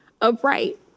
upright